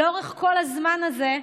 לאורך כל הזמן הזה.